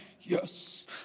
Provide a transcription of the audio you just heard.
yes